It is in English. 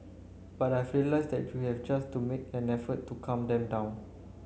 but I've realised that you just to make an effort to calm them down